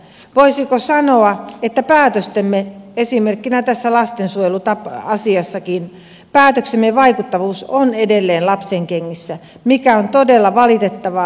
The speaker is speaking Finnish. voisiko sanoa että päätöksemme esimerkkinä tässä lastensuojeluasiassakin vaikuttavuus on edelleen lapsenkengissä mikä on todella valitettavaa